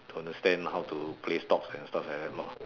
to understand how to play stocks and stuff like that lor